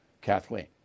Kathleen